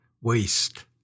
Waste